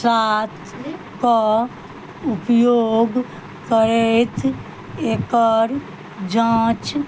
सातके उपयोग करैत एकर जाँच